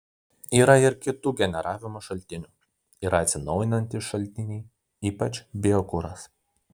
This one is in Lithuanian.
yra ir kitų generavimo šaltinių yra atsinaujinantys šaltiniai ypač biokuras